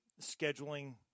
scheduling